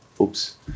Oops